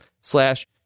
slash